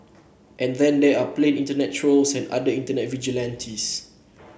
and then there are the plain internet trolls and other internet vigilantes